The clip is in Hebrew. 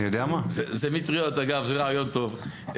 זה רעיון טוב.